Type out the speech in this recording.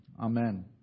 Amen